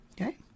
Okay